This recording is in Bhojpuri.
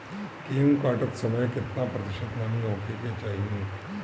गेहूँ काटत समय केतना प्रतिशत नमी होखे के चाहीं?